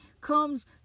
comes